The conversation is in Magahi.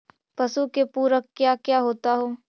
पशु के पुरक क्या क्या होता हो?